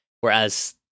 whereas